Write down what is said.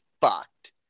fucked